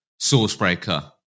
Sourcebreaker